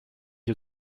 you